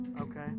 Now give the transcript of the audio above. okay